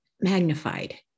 magnified